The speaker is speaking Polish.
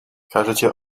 każecie